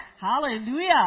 Hallelujah